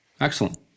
Excellent